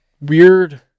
weird